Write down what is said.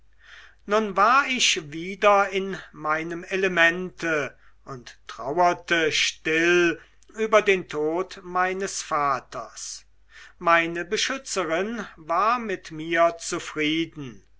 nun war ich wieder in meinem elemente und trauerte still über den tod meines vaters meine beschützerin war mit mir zufrieden